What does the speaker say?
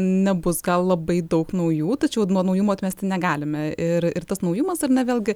nebus gal labai daug naujų tačiau nuo naujumo atmesti negalime ir ir tas naujumas ar ne vėlgi